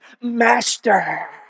master